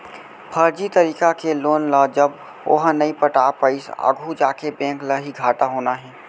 फरजी तरीका के लोन ल जब ओहा नइ पटा पाइस आघू जाके बेंक ल ही घाटा होना हे